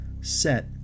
set